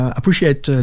Appreciate